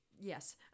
yes